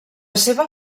seva